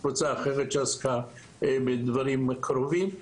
או קבוצה אחרת שעסקה בדברים קרובים.